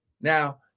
Now